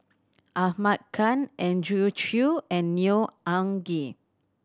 Ahmad Khan Andrew Chew and Neo Anngee